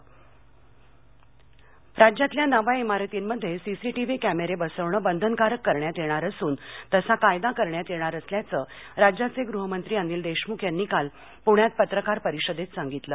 अनिल देशमख राज्यातल्या नव्या इमारतीमध्ये सीसीटीव्ही कॅमेरे बसवण बंधनकारक करण्यात येणार असून तसा कायदा करण्यात येणार असल्याचं राज्याचे गृहमंत्री अनिल देशमुख यांनी काल पुण्यात पत्रकार परिषदेत सांगितलं